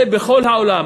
זה בכל העולם.